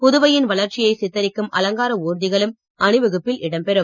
புதுவையின் வளர்ச்சியை சித்தரிக்கும் அலங்கார ஊர்திகளும் அணிவகுப்பில் இடம்பெறும்